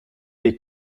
des